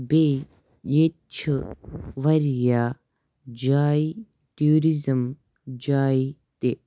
بیٚیہِ ییٚتہِ چھِ واریاہ جایہِ ٹوٗرِزم جایہِ تہِ